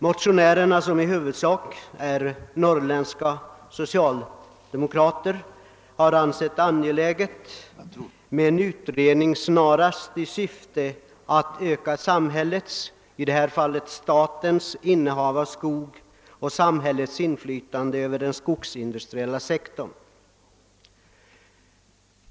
Motionärerna, som i huvudsak är norrländska socialdemokrater, har ansett det angeläget att man snarast tillsätter en utredning med syfte att före slå en ökning av samhällets — i detta fall statens — innehav av skog och samhällets inflytande över den skogsindustriella sektorn.